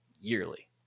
yearly